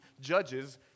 judges